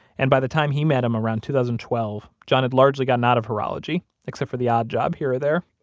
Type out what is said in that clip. and by the time he met him around two thousand and twelve, john had largely gotten out of horology, except for the odd job here or there